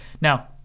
now